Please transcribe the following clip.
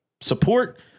Support